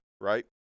Right